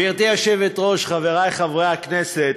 גברתי היושבת-ראש, חברי חברי הכנסת,